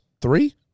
three